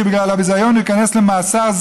שבגלל הביזיון להיכנס למאסר,